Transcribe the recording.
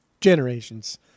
generations